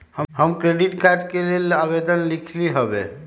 हम credit card के लेल आवेदन लिखली हबे